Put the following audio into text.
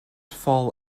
fall